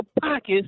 pockets